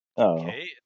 Okay